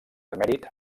emèrit